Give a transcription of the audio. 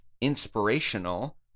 inspirational